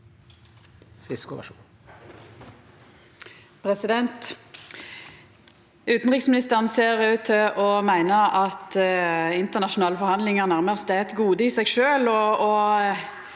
Utanriksministeren ser ut til å meina at internasjonale forhandlingar nærmast er eit gode i seg sjølv.